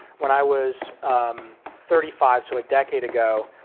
when i was thirty five, so a decade ago,